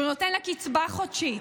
כשהוא נותן לה קצבה חודשית,